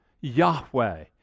Yahweh